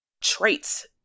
traits